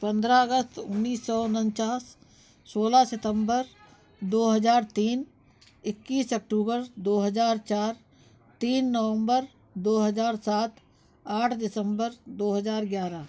पन्द्रह अगस्त उन्नीस सौ उनचास सोलह सितंबर दो हज़ार तीन इक्कीस अक्टूबर दो हज़ार चार तीन नवंबर दो हज़ार सात आठ दिसंबर दो हज़ार ग्यारह